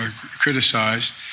criticized